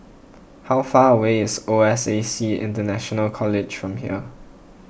how far away is O S A C International College from here